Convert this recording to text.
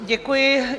Děkuji.